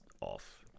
off